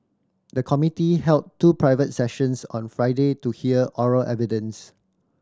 the committee held two private sessions on Friday to hear oral evidence